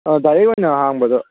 ꯑꯥ direct ꯑꯣꯏꯅ ꯍꯥꯡꯕꯗ